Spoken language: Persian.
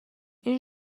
این